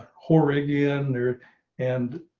horrigan there and,